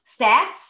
stats